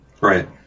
Right